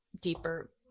deeper